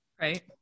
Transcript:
right